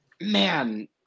Man